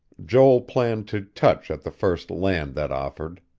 joel planned to touch at the first land that offered.